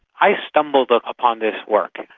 i stumbled upon this work,